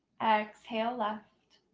exhale left.